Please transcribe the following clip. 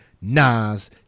Nas